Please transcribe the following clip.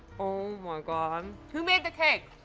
oh, my god. um who made the cake?